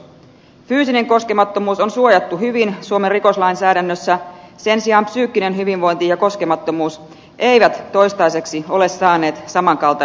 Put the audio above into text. fyysinen koskemattomuus on suojattu hyvin suomen rikoslainsäädännössä sen sijaan psyykkinen hyvinvointi ja koskemattomuus eivät toistaiseksi ole saaneet saman kaltaista lainsuojaa